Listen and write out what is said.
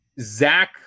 Zach